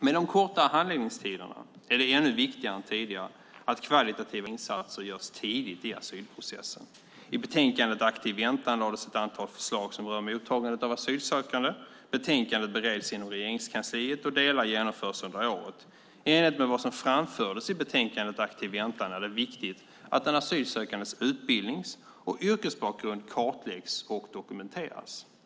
Med de kortare handläggningstiderna är det ännu viktigare än tidigare att kvalitativa insatser görs tidigt i asylprocessen. I betänkandet Aktiv väntan - asylsökande i Sverige lades ett antal förslag fram som rör mottagandet av asylsökande. Betänkandet bereds inom Regeringskansliet, och delar genomförs under året. I enlighet med vad som framfördes i betänkandet Aktiv väntan - asylsökande i Sverige är det viktigt att den asylsökandes utbildnings och yrkesbakgrund kartläggs och dokumenteras.